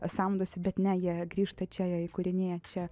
samdosi bet ne jie grįžta čia jie įkūrinėja čia